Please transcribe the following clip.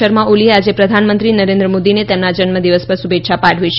શર્મા ઓલીએ આજે પ્રધાનમંત્રી નરેન્દ્ર મોદીને તેમના જન્મ દિવસ પર શુભેચ્છા પાઠવી છે